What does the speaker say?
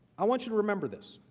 i want you to remember this.